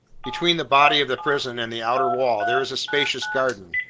between the body of the prison and the outer wall, there is a spacious garden.